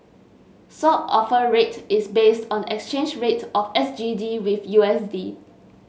Swap Offer Rate is based on the exchange rate of S G D with U S D